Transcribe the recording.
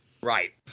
Right